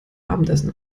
abendessen